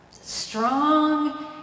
strong